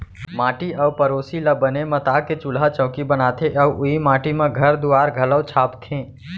माटी अउ पेरोसी ल बने मता के चूल्हा चैकी बनाथे अउ ओइ माटी म घर दुआर घलौ छाबथें